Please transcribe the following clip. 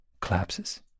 collapses